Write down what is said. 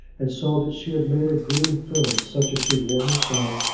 and saw that she had made a green fillet such as she wore herself,